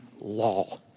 law